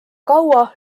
kaua